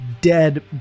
dead